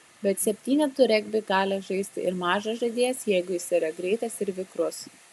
bet septynetų regbį gali žaisti ir mažas žaidėjas jeigu jis yra greitas ir vikrus